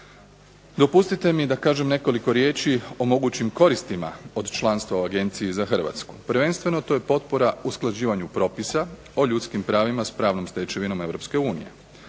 Dopustite mi da kažem nekoliko riječi o mogućim koristima od članstva u Agenciji za Hrvatsku. Prvenstveno to je potpora usklađivanju propisa o ljudskim pravima s pravnom stečevinom